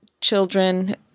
children